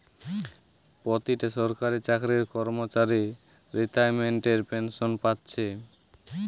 পোতিটা সরকারি চাকরির কর্মচারী রিতাইমেন্টের পেনশেন পাচ্ছে